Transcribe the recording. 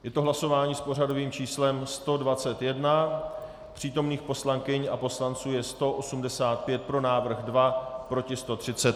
Je to hlasování s pořadovým číslem 121, přítomných poslankyň a poslanců je 185, pro návrh 2, proti 130.